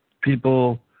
people